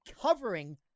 covering